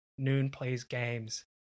NoonPlaysGames